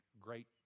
great